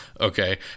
okay